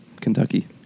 Kentucky